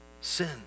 sin